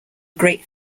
great